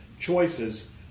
choices